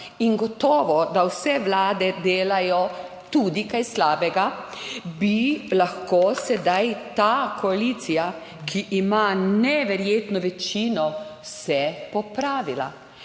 in gotovo, da vse vlade delajo tudi kaj slabega, bi lahko sedaj ta koalicija, ki ima neverjetno večino, vse popravila.